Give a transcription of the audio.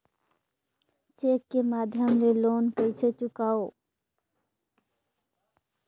Cheque के माध्यम ले लोन कइसे चुकांव?